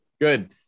Good